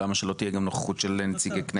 למה שלא תהיה נוכחות של נציגי כנסת?